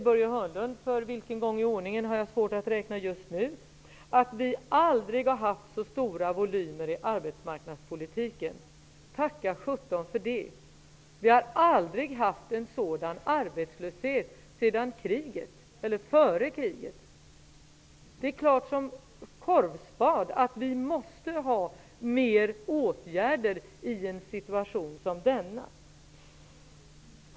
Börje Hörnlund säger, för vilken gång i ordningen har jag svårt att räkna just nu, att vi aldrig haft så stora volymer i arbetsmarknadspolitiken. Tacka sjutton för det! Vi har inte haft en sådan arbetslöshet sedan före kriget. Det är klart som korvspad att vi måste sätta in fler åtgärder i en situation som denna.